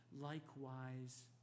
likewise